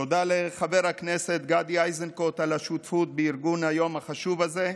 תודה לחבר הכנסת גדי איזנקוט על השותפות בארגון היום החשוב הזה,